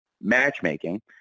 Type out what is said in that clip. matchmaking